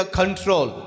control